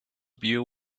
view